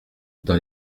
dans